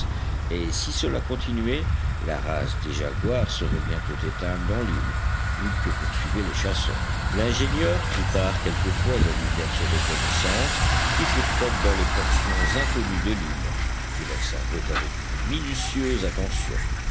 et si cela continuait la race des jaguars serait bientôt éteinte dans l'île but que poursuivaient les chasseurs l'ingénieur prit part quelquefois à diverses reconnaissances qui furent faites dans les portions inconnues de l'île qu'il observait avec une minutieuse attention